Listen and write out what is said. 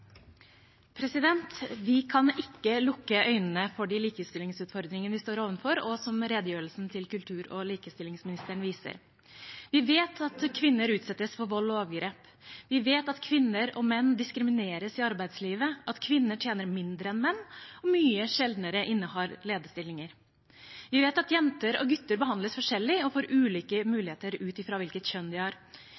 kampen. Vi kan ikke lukke øynene for de likestillingsutfordringene vi står overfor, og som redegjørelsen til kultur- og likestillingsministeren viser. Vi vet at kvinner utsettes for vold og overgrep. Vi vet at kvinner og menn diskrimineres i arbeidslivet, at kvinner tjener mindre enn menn og mye sjeldnere innehar lederstillinger. Vi vet at jenter og gutter behandles forskjellig og får ulike